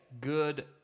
good